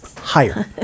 higher